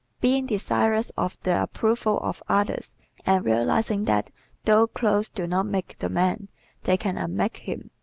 being desirous of the approval of others and realizing that though clothes do not make the man they can unmake him,